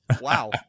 Wow